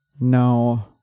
No